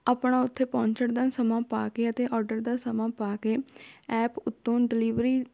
ਆਪਣਾ ਉੱਥੇ ਪਹੁੰਚਣ ਦਾ ਸਮਾਂ ਪਾ ਕੇ ਅਤੇ ਔਡਰ ਦਾ ਸਮਾਂ ਪਾ ਕੇ ਐਪ ਉਤੋਂ ਡਿਲੀਵਰੀ